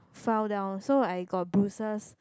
fell down so I got bruises